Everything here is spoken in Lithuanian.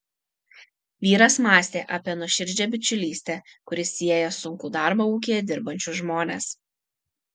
vyras mąstė apie nuoširdžią bičiulystę kuri sieja sunkų darbą ūkyje dirbančius žmones